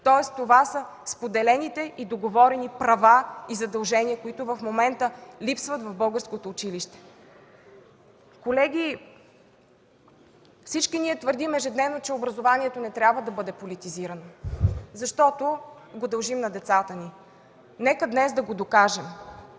Тоест това са споделените и договорени права и задължения, които в момента липсват в българското училище. Колеги, всички ние твърдим ежедневно, че образованието не трябва да бъде политизирано, защото го дължим на децата ни. Нека днес да го докажем.